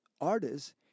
artists